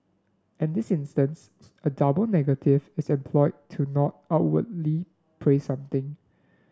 in this instance a double negative is employed to not outwardly praise something